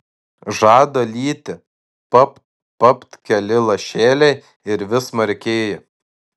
žada lyti papt papt keli lašeliai ir vis smarkėja